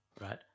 right